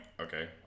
okay